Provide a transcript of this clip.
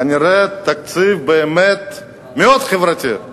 כנראה התקציב באמת מאוד חברתי,